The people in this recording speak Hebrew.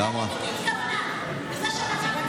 לא היית,